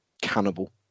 cannibal